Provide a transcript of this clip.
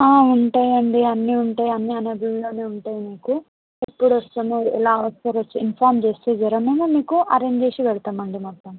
ఉంటాయి అండి అన్నీ ఉంటాయి అన్నీ అవైలబుల్లోనే ఉంటాయి మీకు ఎప్పుడు వస్తామో ఎలా వస్తారో ఇన్ఫామ్ చేస్తే జరన్న మీకు ముందుగానే అరెంజ్ చేసి పెడతాము అండి మొత్తం